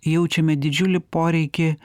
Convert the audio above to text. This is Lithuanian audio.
jaučiame didžiulį poreikį